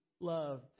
loved